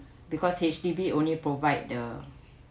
because H_D_B only provide the